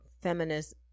feminist